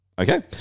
Okay